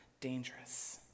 dangerous